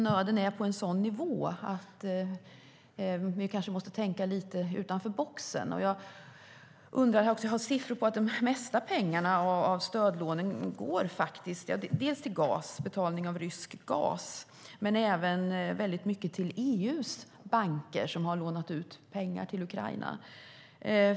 Nöden är på en sådan nivå att vi kanske måste tänka lite utanför boxen. Vi har siffror på att den största delen av pengarna från stödlånen går delvis till gas, betalning av rysk gas, men en stor del går även till EU:s banker som har lånat ut pengar till Ukraina.